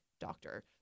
doctor